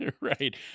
Right